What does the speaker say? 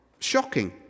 shocking